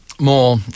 More